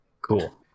Cool